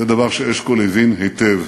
זה דבר שאשכול הבין היטב.